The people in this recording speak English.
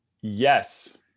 Yes